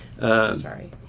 Sorry